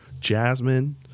Jasmine